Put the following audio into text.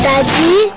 Daddy